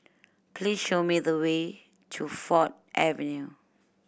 please show me the way to Ford Avenue